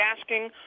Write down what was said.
asking